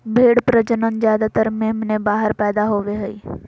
भेड़ प्रजनन ज्यादातर मेमने बाहर पैदा होवे हइ